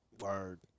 word